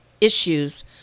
issues